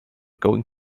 going